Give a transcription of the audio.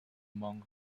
monk